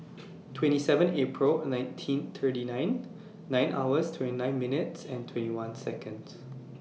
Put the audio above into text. twenty seven April nineteen thirty nine nine hours twenty nine minutes and twenty one Seconds